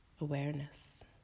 awareness